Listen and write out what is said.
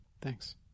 Thanks